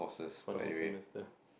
it's one whole semester